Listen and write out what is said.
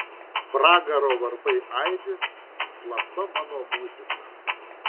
pragaro varpai aidi slapta mano muzika